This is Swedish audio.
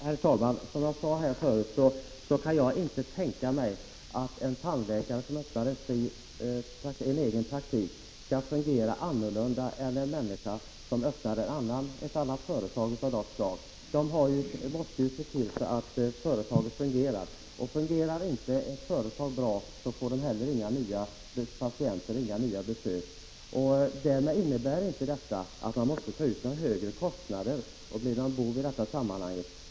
Herr talman! Som jag sade förut kan jag inte tänka mig att en tandläkare som öppnar en egen praktik fungerar annorlunda än en människa som startar ett privat företag av annat slag. De måste ju se till att företaget fungerar. Fungerar inte ett företag bra — i det här fallet en tandläkarpraktik — så får man inga patienter och inga nya besök. Detta innebär inte att den privatpraktiserande tandläkaren måste ta ut högre kostnader och bli en bov i sammanhanget.